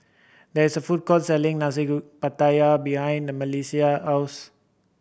there is a food court selling nasi pattaya behind Melisa house